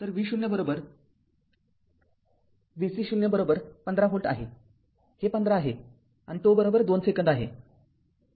तर V0 v C0 १५ volt आहे हे १५ आहे आणि τ२ सेकंद आहे